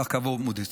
כך קבעו מודי'ס.